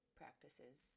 practices